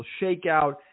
shakeout